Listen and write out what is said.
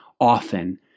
often